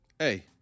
Hey